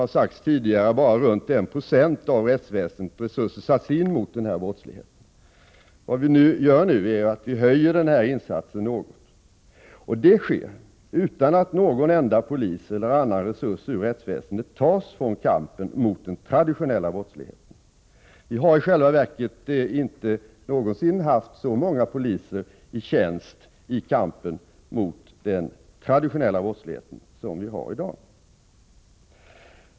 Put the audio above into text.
Hittills har bara ca 1 90 av rättsväsendets resurser satts in mot denna brottslighet. Vi höjer nu den insatsen något. Det sker utan att någon enda polis eller någon resurs av annat slag tas ifrån rättsväsendet när det gäller kampen mot den traditionella brottsligheten. Vi har i själva verket inte någonsin haft så många poliser i tjänst i kampen mot den traditionella brottsligheten som vi har i dag.